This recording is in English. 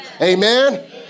Amen